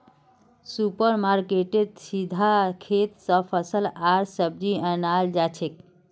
super मार्केटेत सीधा खेत स फल आर सब्जी अनाल जाछेक